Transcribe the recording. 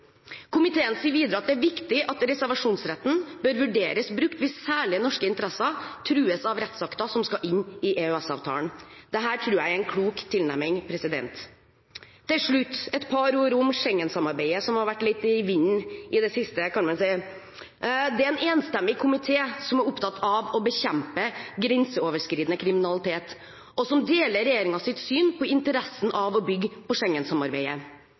Komiteen sier videre at det er viktig at reservasjonsretten bør vurderes brukt hvis særlige norske interesser trues av rettsakter som skal inn i EØS-avtalen. Det tror jeg er en klok tilnærming. Til slutt et par ord om Schengen-samarbeidet, som har vært litt i vinden i det siste, kan man si. Det er en enstemmig komité som er opptatt av å bekjempe grenseoverskridende kriminalitet, og som deler regjeringens syn på interessen av å bygge på